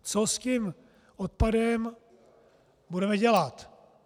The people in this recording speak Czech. Co s tím odpadem budeme dělat?